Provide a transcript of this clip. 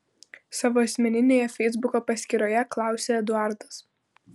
savo asmeninėje feisbuko paskyroje klausia eduardas